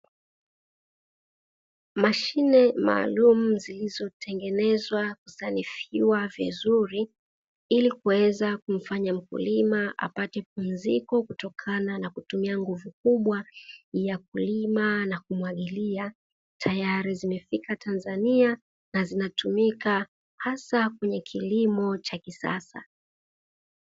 Mashine maalumu zilizotengenezwa kusanifiwa vizuri ili kuweza kumfanya mkulima apate pumziko kutokana na kutumia nguvu kubwa ya kulima na kumwagilia, tayari zimefika Tanzania na zinatumika hasa kwenye kilimo cha kisasa.